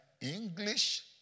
English